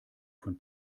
von